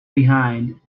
behind